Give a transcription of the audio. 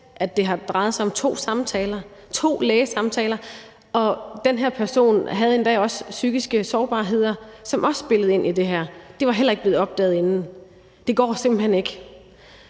at det har drejet sig om to lægesamtaler – to lægesamtaler! – og en af de her personer havde endda også psykiske sårbarheder, som også spillede ind i det her. Det var heller ikke blevet opdaget inden. Det går simpelt hen ikke,